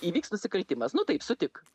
įvyks nusikaltimas nu taip sutik